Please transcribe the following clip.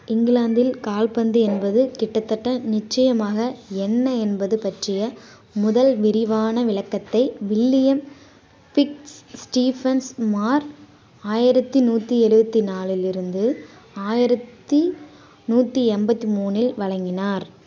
இங்கிலாந்தில் கால்பந்து என்பது கிட்டத்தட்ட நிச்சயமாக என்ன என்பது பற்றிய முதல் விரிவான விளக்கத்தை வில்லியம் ஃபிட்ஸ் ஸ்டீஃபன் சுமார் ஆயிரத்தி நூற்றி எழுவத்தி நாலில் இருந்து ஆயிரத்தி நூற்றி எண்பத்தி மூணில் வழங்கினார்